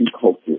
culture